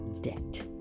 debt